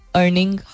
earning